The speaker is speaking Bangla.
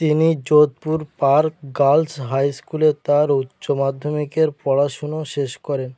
তিনি যোধপুর পার্ক গার্লস হাই স্কুলে তার উচ্চ মাধ্যমিকের পড়াশোনা শেষ করেন